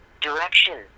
direction